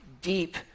deep